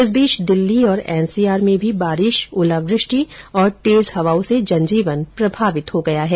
इस बीच दिल्ली और एनसीआर में भी बारिश ओलावृष्टि और तेज हवाओं से जनजीवन प्रभावित हो गया है